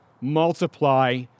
multiply